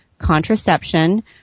Contraception